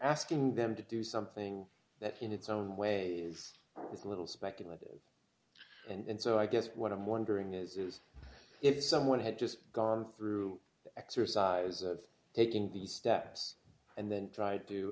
asking them to do something that in its own way is a little speculative and so i guess what i'm wondering is is if someone had just gone through the exercise of taking these steps and then tr